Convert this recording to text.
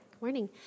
morning